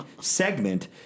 segment